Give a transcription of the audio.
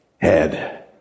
head